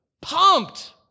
Pumped